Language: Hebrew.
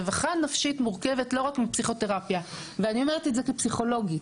רווחה נפשית מורכבת לא רק מפסיכותרפיה ואני אומרת את זה כפסיכולוגית,